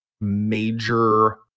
major